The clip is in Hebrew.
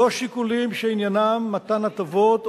לא שיקולים שעניינם מתן הטבות,